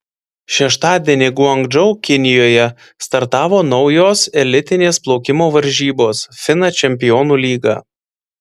šeštadienį guangdžou kinijoje startavo naujos elitinės plaukimo varžybos fina čempionų lyga